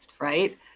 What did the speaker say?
Right